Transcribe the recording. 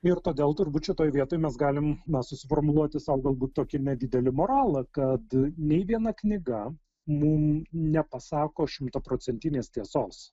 ir todėl turbūt šitoje vietoj mes galim susiformuluoti sau galbūt tokį nedidelį moralą kad nei viena knyga mum nepasako šimtaprocentinės tiesos